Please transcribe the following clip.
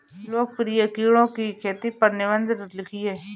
लोकप्रिय कीड़ों की खेती पर निबंध लिखिए